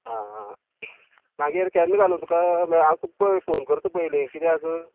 आं आं मागीर केन्ना घालूं तुका हांव तुका फोन करतां पयली किद्याक